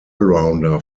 rounder